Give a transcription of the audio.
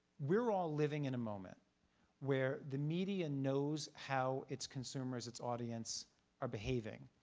we're all living in a moment where the media knows how its consumers, its audience are behaving,